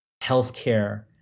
healthcare